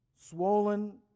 swollen